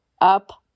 up